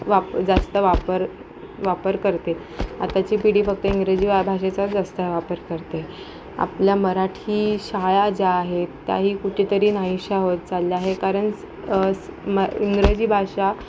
वा जास्त वापर वापर करते आताची पिढी फक्त इंग्रजी वा भाषेचा जास्त वापर करते आपल्या मराठी शाळा ज्या आहेत त्याही कुठेतरी नाहीशा होत चालल्या आहे कारण म इंग्रजी भाषा